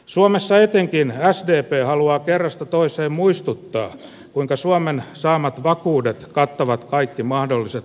suomessa etenkin haluaa kerrasta toiseen muistuttaa kuinka suomen saamat vakuudet kattavat kaikki mahdolliset